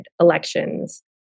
elections